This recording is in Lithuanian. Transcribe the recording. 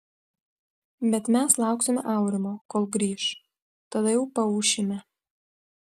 bet mes lauksime aurimo kol grįš tada jau paūšime